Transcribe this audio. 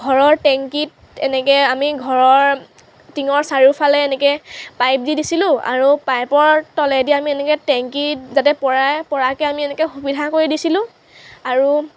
ঘৰৰ টেংকিত এনেকে আমি ঘৰৰ টিঙৰ চাৰিওফালে এনেকৈ পাইপ দি দিছিলোঁ আৰু পাইপৰ তলেদি আমি এনেকে টেংকিত যাতে পৰে পৰাকে আমি এনেকৈ সুবিধা কৰি দিছিলোঁ আৰু